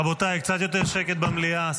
רבותיי, קצת יותר שקט במליאה.